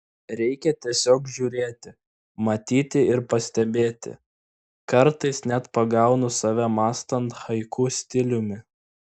reikia tiesiog žiūrėti matyti ir pastebėti kartais net pagaunu save mąstant haiku stiliumi